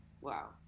wow